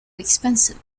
expensive